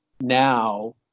now